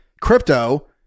Crypto